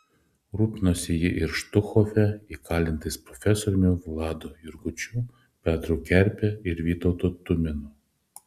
rūpinosi ji ir štuthofe įkalintais profesoriumi vladu jurgučiu petru kerpe ir vytautu tumėnu